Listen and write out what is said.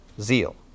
zeal